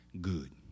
good